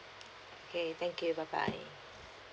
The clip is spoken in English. okay thank you bye bye